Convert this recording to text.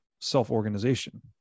self-organization